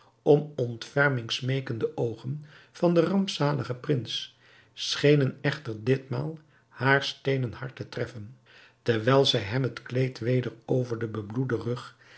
om ontferming smeekende oogen van den rampzaligen prins schenen echter ditmaal haar steenen hart te treffen terwijl zij hem het kleed weder over den bebloeden rug